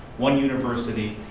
one university,